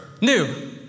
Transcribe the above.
new